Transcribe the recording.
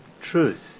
truth